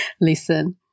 Listen